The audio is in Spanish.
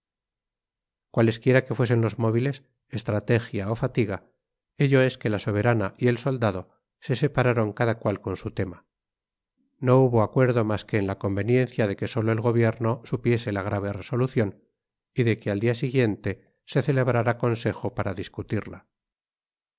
cualesquiera que fuesen los móviles estrategia o fatiga ello es que la soberana y el soldado se separaron cada cual con su tema no hubo acuerdo más que en la conveniencia de que sólo el gobierno supiese la grave resolución y de que al día siguiente se celebrara consejo para discutirla